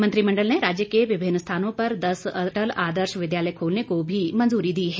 मंत्रिमंडल ने राज्य के विभिन्न स्थानों पर अटल आदर्श विद्यालय खोलने को भी मंजूरी दी है